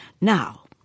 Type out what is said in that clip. Now